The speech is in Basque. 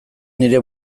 nire